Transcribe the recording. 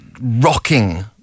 rocking